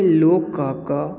खेल लोकक